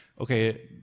okay